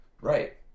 Right